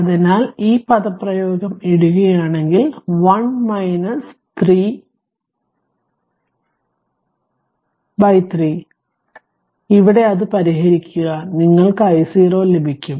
അതിനാൽ ഈ പദപ്രയോഗം ഇടുകയാണെങ്കിൽ 1 3 0 3 ഇവിടെ അത് പരിഹരിക്കുക നിങ്ങൾക്കു i0 ലഭിക്കും